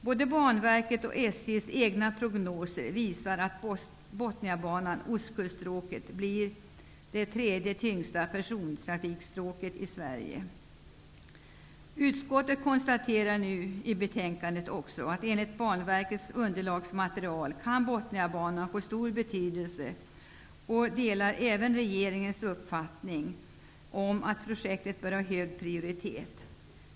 Både Banverkets och SJ:s egna prognoser visar att Utskottet konstaterar i betänkandet att enligt Banverkets underlag kan Botniabanan få stor betydelse, och utskottet delar även regeringens uppfattning om att projektet bör ha hög prioritet.